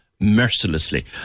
mercilessly